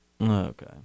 okay